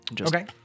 okay